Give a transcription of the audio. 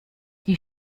die